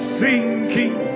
sinking